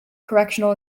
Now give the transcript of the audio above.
correctional